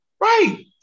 right